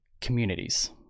communities